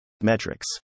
Metrics